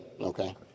okay